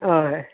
हय